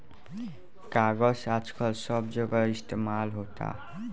कागज आजकल सब जगह इस्तमाल होता